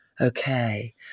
okay